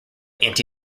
anti